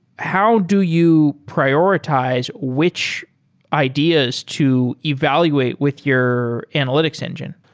how do you prioritize which ideas to evaluate with your analytics engine?